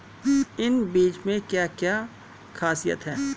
इन बीज में क्या क्या ख़ासियत है?